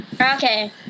Okay